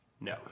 No